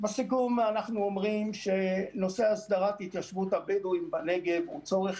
בסיכום אנחנו אומרים שנושא הסדרת התיישבות הבדואים בנגב הוא צורך